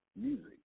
music